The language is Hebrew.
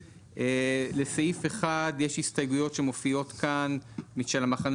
לסעיף 1 יש הסתייגויות שמופיעות כאן של המחנה